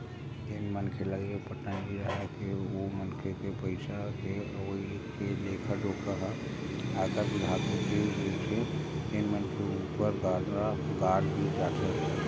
जेन मनखे ल ये पता नइ राहय के ओ मनखे के पइसा के अवई के लेखा जोखा ह आयकर बिभाग के तीर रहिथे तेन मनखे ऊपर गाज गिर जाथे